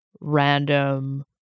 random